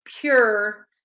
pure